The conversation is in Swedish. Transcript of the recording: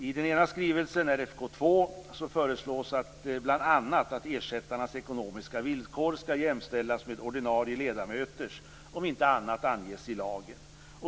I den ena skrivelsen, RFK2, föreslås bl.a. att ersättarnas ekonomiska villkor skall jämställas med ordinarie ledamöters, om inte annat anges i lagen.